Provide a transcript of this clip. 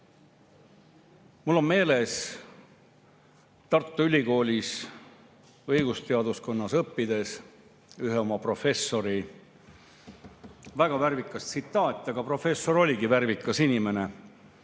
Mul on meeles Tartu Ülikoolis õigusteaduskonnas õppimise ajast ühe oma professori väga värvikas tsitaat. Aga professor oligi värvikas inimene.